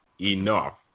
enough